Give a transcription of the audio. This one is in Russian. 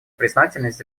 признательность